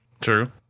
True